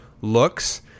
looks